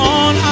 on